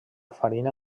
farina